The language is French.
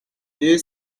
deux